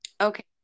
okay